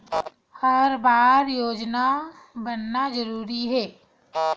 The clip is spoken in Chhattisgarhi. हर बार योजना बनाना जरूरी है?